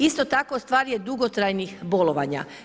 Isto tako stvar je dugotrajnih bolovanja.